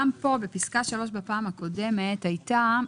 תראו, גם פה, בפסקה (3), בפעם הקודמת הייתה: